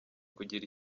kugira